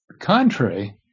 contrary